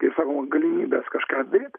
kaip sakoma galimybes kažką daryt